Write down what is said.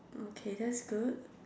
okay that's good